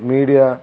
media